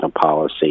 policy